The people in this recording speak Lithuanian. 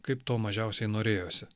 kaip to mažiausiai norėjosi